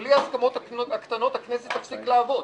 בלי ההסכמות הקטנות הכנסת תפסיק לעבוד.